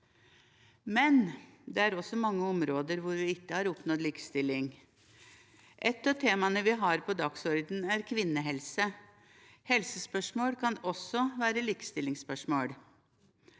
Det er også mange områder hvor vi ikke har oppnådd likestilling. Et av temaene vi har på dagsordenen, er kvinnehelse. Helsespørsmål kan også være likestillingsspørsmål.